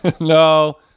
No